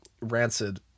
rancid